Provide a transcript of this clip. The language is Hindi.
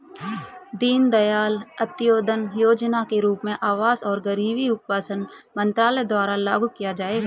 दीनदयाल अंत्योदय योजना के रूप में आवास और गरीबी उपशमन मंत्रालय द्वारा लागू किया जाएगा